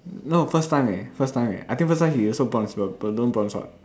no first time eh first time eh I think first time he also bronze but don't don't know bronze what